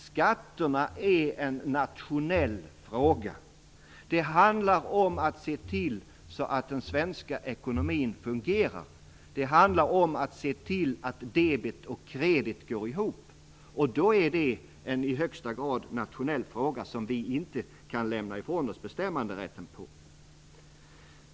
Skatterna är en nationell fråga. Det handlar om att se till att den svenska ekonomin fungerar. Det handlar om att se till att debet och kredit går ihop. Det är en i högsta grad nationell fråga i vilken vi inte kan lämna ifrån oss bestämmanderätten.